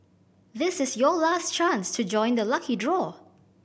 this is your last chance to join the lucky draw